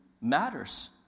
matters